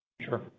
Sure